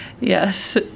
Yes